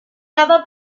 cada